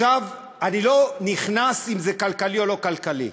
אני לא נכנס לשאלה אם זה כלכלי או לא כלכלי,